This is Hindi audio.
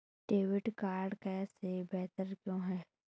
डेबिट कार्ड कैश से बेहतर क्यों है?